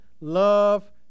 love